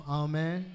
amen